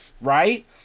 right